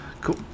Cool